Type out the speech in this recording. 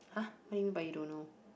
!huh! what you mean by you don't know